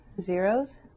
zeros